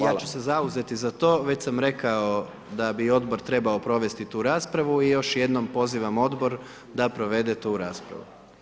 Ja ću se zauzeti za to, već samo rekao da bi Odbor trebao provesti tu raspravu i još jednom pozivam Odbor da provede tu raspravu.